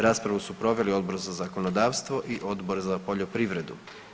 Raspravu su proveli Odbor za zakonodavstvo i Odbor za poljoprivredu.